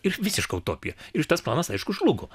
ir visiška utopija ir šitas planas aišku žlugo